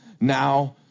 Now